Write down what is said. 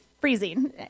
freezing